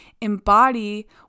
embody